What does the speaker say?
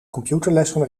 computerlessen